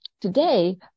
today